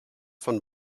von